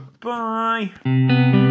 Bye